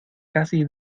casi